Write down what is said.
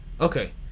Okay